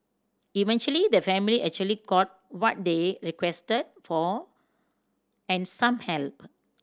eventually the family actually got what they requested for and some help